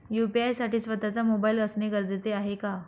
UPI साठी स्वत:चा mobile असणे गरजेचे आहे का?